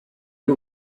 ari